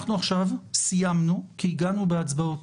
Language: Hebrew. אנחנו עכשיו סיימנו כי הגענו להצבעות.